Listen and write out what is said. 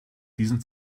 diesen